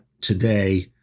today